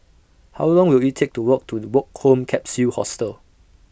How Long Will IT Take to Walk to The Woke Home Capsule Hostel